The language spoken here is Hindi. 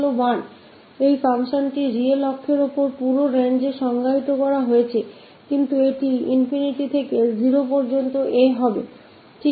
केवल एक चीज यह है कि यह फ़ंक्शन पूरी रियल एक्सिस की सिमा पर परिभाषित किया गया है लेकिन यह 0 है ∞ से a तक